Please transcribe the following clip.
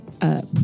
up